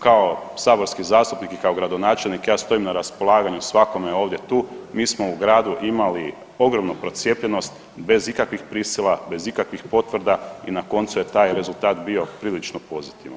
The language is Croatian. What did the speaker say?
Kao saborski zastupnik i kao gradonačelnik ja stojim na raspolaganju svakome ovdje tu, mi smo u gradu imali ogromnu procijepljenost bez kakvih prisila, bez ikakvih potvrda i na koncu je taj rezultat bio prilično pozitivan.